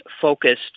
focused